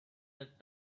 that